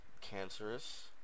cancerous